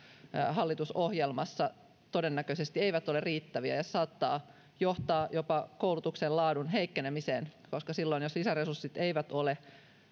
hallitusohjelmassa todennäköisesti eivät ole riittäviä ja tämä saattaa johtaa jopa koulutuksen laadun heikkenemiseen koska silloin jos lisäresurssit eivät ole